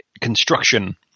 construction